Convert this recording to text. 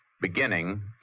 Beginning